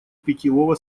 питьевого